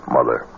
Mother